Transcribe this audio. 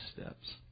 steps